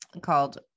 called